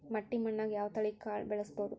ಮಟ್ಟಿ ಮಣ್ಣಾಗ್, ಯಾವ ತಳಿ ಕಾಳ ಬೆಳ್ಸಬೋದು?